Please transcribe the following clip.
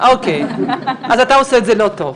אוקיי, אז אתה עושה את זה לא טוב.